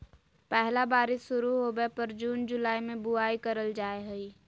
पहला बारिश शुरू होबय पर जून जुलाई में बुआई करल जाय हइ